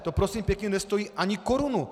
To prosím pěkně nestojí ani korunu.